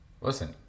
Listen